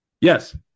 Yes